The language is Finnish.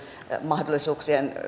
mahdollisuuksien